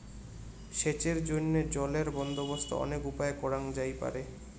সেচের জইন্যে জলের বন্দোবস্ত অনেক উপায়ে করাং যাইপারে